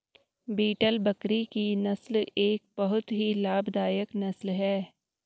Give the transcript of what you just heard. beetle बकरी की नस्ल एक बहुत ही लाभदायक नस्ल है